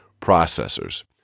processors